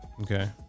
Okay